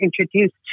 introduced